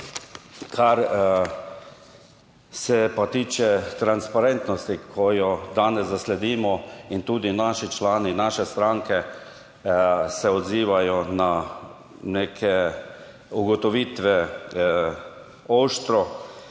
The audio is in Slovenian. kar se pa tiče transparentnosti, ki jo danes zasledimo - in tudi naši člani, naše stranke se odzivajo na neke ugotovitve -,